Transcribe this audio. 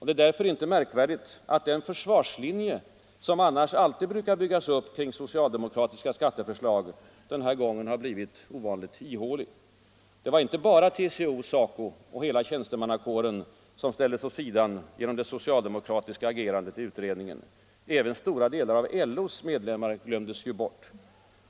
Det är därför inte besynnerligt, att den försvarslinje som alltid annars brukar byggas upp kring socialdemokratiska skatteförslag den här gången blivit ovanligt ihålig. Det var inte bara TCO, SACO och hela tjänstemannakåren som ställdes åt sidan genom det socialdemokratiska agerandet i skatteutredningen. Även stora delar av LO:s medlemmar glömdes bort.